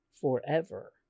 forever